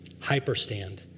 Hyperstand